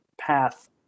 path